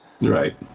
Right